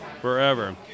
forever